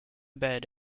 bed